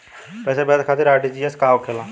पैसा भेजे खातिर आर.टी.जी.एस का होखेला?